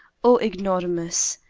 o ignoramus,